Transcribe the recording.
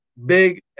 Big